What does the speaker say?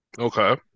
Okay